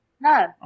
no